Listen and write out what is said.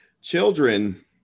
children